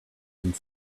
and